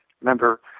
remember